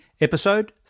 Episode